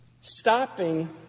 Stopping